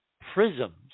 prisms